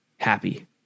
Happy